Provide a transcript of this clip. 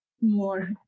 more